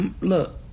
Look